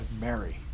Mary